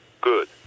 good